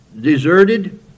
deserted